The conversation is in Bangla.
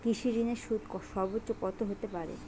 কৃষিঋণের সুদ সর্বোচ্চ কত হতে পারে?